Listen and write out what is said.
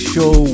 Show